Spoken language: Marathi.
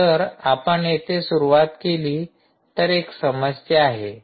तर आपण येथे सुरुवात केली तर एक समस्या आहे